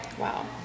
Wow